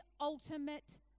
ultimate